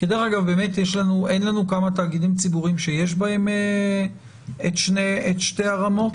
אין לנו כמה תאגידים ציבוריים שיש בהם את שתי הרמות